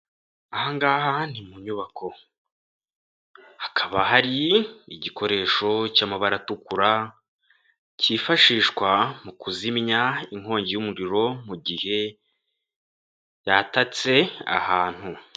Aha ngaha ni mu nyubako hakaba hari igikoresho cy'amabara atukura, cyifashishwa mu kuzimya inkongi y'umuriro, mu gihe yatatse ahantu.